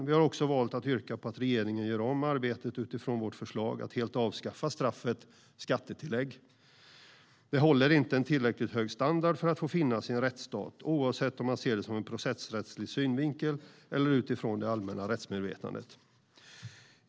Vi har också valt att yrka på att regeringen ska göra om arbetet utifrån vårt förslag att helt avskaffa straffet skattetillägg. Det håller inte en tillräckligt hög standard för att få finnas i en rättsstat, oavsett om man ser det ur en processrättslig synvinkel eller om man ser det utifrån det allmänna rättsmedvetandet.